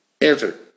answer